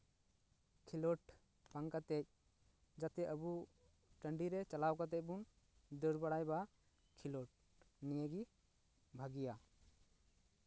ᱠᱷᱮᱞᱳᱰ ᱵᱟᱝ ᱠᱟᱛᱮᱜ ᱡᱟᱛᱮ ᱟᱵᱚ ᱴᱟᱺᱰᱤ ᱨᱮ ᱪᱟᱞᱟᱣ ᱠᱟᱛᱮᱜ ᱵᱚᱱ ᱫᱟᱹᱲ ᱵᱟᱲᱟᱭ ᱵᱟ ᱠᱷᱮᱞᱳᱰ ᱱᱤᱭᱟᱹ ᱜᱮ ᱵᱷᱟᱹᱜᱤᱭᱟ